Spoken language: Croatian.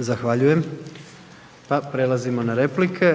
Zahvaljujem. Pa prelazimo na replike,